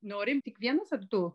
norim tik vienas ar du